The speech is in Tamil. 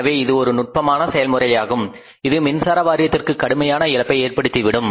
எனவே இது ஒரு நுட்பமான செயல்முறையாகும் இது மின்சார வாரியத்திற்கு கடுமையான இழப்பை ஏற்படுத்திவிடும்